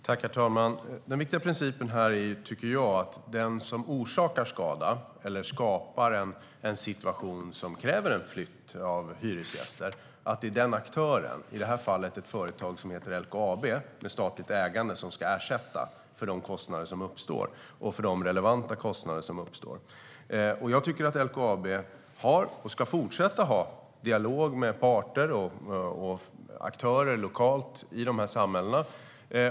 Herr talman! Den viktiga principen här är att det är den aktör som orsakar skada eller skapar en situation som kräver en flytt av hyresgäster, i det här fallet ett företag som heter LKAB som har statligt ägande, som ska ersätta för de relevanta kostnader som uppstår. Jag tycker att LKAB har och ska fortsätta att ha en dialog med parter och aktörer lokalt i de samhällena.